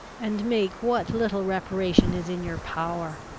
and make what little reparation is in your power!